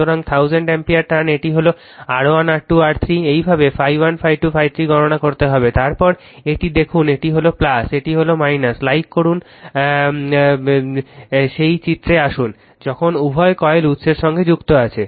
সুতরাং 1000 ampere turn এটি হল R1 R2 R3 এভাবে ∅1 ∅2 ∅3 গণনা করতে হবে তারপর এটি দেখুন এটি হল এটি লাইক করুন সেই চিত্রে আসুন যখন উভয় কয়েল উৎসের সঙ্গে যুক্ত আছে